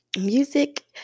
Music